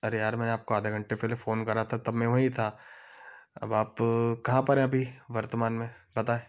अरे यार मैंने आपको आधा घंटे पहले फोन करा था तब मैं वहीं था अब आप कहाँ पर हैं अभी वर्तमान में बताएं